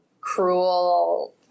cruel